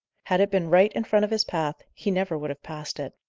had it been right in front of his path, he never would have passed it.